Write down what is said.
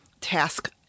task